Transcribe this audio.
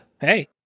Hey